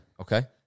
Okay